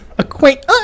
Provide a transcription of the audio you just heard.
acquaint